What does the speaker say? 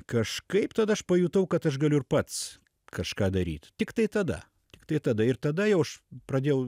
kažkaip tada aš pajutau kad aš galiu ir pats kažką daryt tiktai tada tai tada ir tada jau aš pradėjau